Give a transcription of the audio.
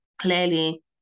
clearly